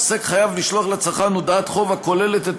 עוסק חייב לשלוח לצרכן הודעת חוב הכוללת את